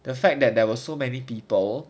the fact that there were so many people